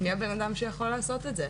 מי הבן-אדם שיכול לעשות את זה?